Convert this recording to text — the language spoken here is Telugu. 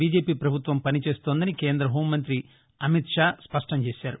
బిజెపి పభుత్వం పని చేస్తోందని కేంద హోం మంతి అమిత్ షా స్పష్టం చేశారు